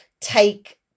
take